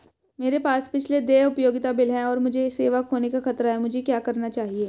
मेरे पास पिछले देय उपयोगिता बिल हैं और मुझे सेवा खोने का खतरा है मुझे क्या करना चाहिए?